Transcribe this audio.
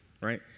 right